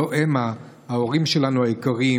הלוא המה ההורים היקרים שלנו,